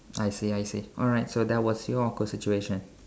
I see I see alright so that was your awkward situation